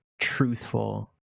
truthful